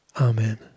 Amen